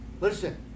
Listen